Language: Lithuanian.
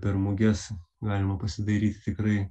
per muges galima pasidairyti tikrai